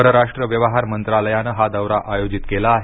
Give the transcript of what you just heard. परराष्ट्र व्यवहार मंत्रालयानं हा दौरा आयोजित केला आहे